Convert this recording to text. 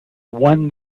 won